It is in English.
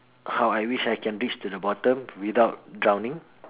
how I wish I can reach to the bottom without drowning